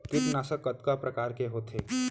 कीटनाशक कतका प्रकार के होथे?